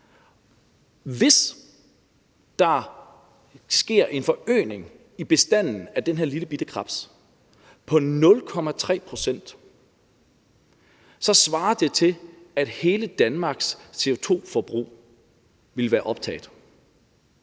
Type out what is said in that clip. Hvis der sker en forøgelse i bestanden af de her småbitte krebs på 0,3 pct., så svarer det til, at hele Danmarks CO2-forbrug ville være optaget.